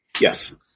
Yes